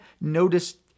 noticed